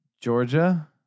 Georgia